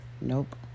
Nope